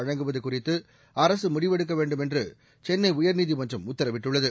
வழங்குவது குறித்து அரசு முடிவெடுக்க வேண்டும் என்றுசென்னை உயர்நீதிமன்றம் உத்தரவிட்டுள்ளது